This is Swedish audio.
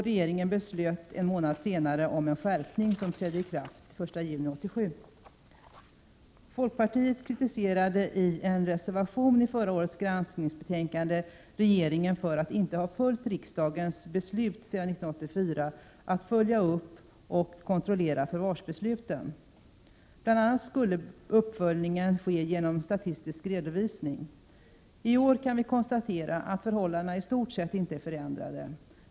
Regeringen fattade en månad senare beslut om en ändring av förordningen, som trädde i kraft den 1 juni 1987 och innebar en skärpning. Folkpartiet kritiserade i en reservation till förra årets granskningsbetänkande regeringen för att inte ha följt riksdagens beslut 1984 om att man skulle följa upp och kontrollera besluten om tagande i förvar. Bl.a. skulle uppföljningen redovisas genom statistik. I år kan vi konstatera att förhållandena i stort sett är oförändrade.